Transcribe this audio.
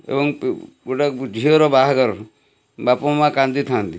ଏବଂ ଗୋଟେ ଝିଅର ବାହାଘର ବାପା ମାଆ କାନ୍ଦି ଥାଆନ୍ତି